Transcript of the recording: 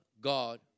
God